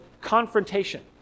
confrontation